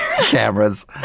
Cameras